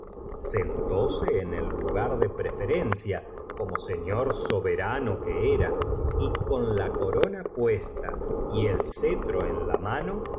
sentóse en el lugar de preferencia como señor soberano que era y con la corona puesta y el cetro en la mano